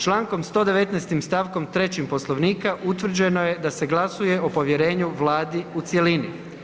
Člankom 119. stavkom 3. Poslovnika utvrđeno je da se glasuje o povjerenju Vladi u cjelini.